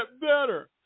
better